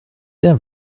der